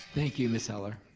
thank you, miss heller.